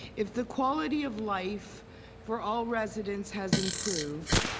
if the quality of life for all residents has improved,